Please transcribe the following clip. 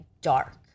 dark